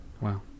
Wow